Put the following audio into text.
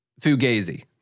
fugazi